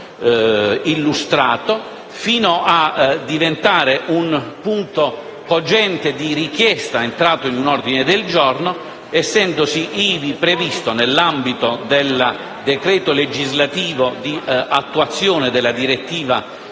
illustrato, fino a diventare un punto cogente di richiesta entrato in un ordine del giorno, essendosi previsto nell'ambito del decreto legislativo di attuazione della direttiva